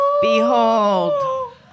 Behold